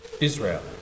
Israel